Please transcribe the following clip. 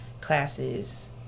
classes